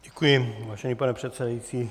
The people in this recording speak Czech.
Děkuji, vážený pane předsedající.